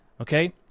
Okay